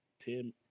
Tim